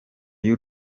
y’u